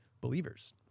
believers